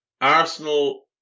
Arsenal